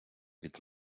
від